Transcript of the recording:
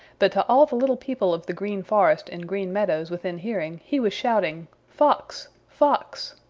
but to all the little people of the green forest and green meadows within hearing he was shouting, fox! fox!